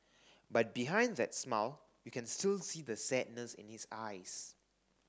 but behind that smile you can still see the sadness in his eyes